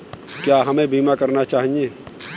क्या हमें बीमा करना चाहिए?